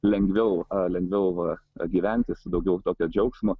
lengviaulengviau gyventi su daugiau tokio džiaugsmo